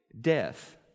death